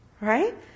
Right